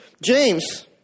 James